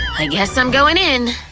i guess i'm going in.